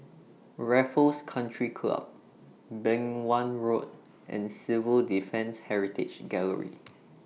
Raffles Country Club Beng Wan Road and Civil Defence Heritage Gallery